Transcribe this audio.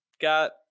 got